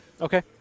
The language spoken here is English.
Okay